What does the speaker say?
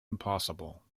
impossible